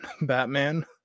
Batman